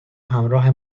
همراه